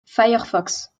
firefox